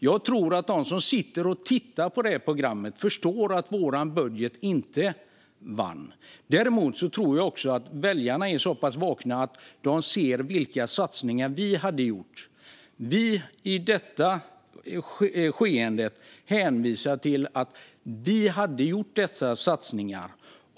Jag tror att de som sitter och tittar på det här programmet förstår att vår budget inte vann. Jag tror att väljarna är så pass vakna att de ser vilka satsningar vi hade gjort. I detta skeende hänvisar jag till att vi hade gjort dessa satsningar.